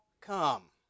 come